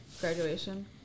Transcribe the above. graduation